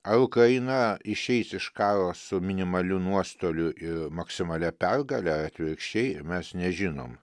ar ukraina išeis iš karo su minimaliu nuostoliu ir maksimalia pergale atvirkščiai mes nežinom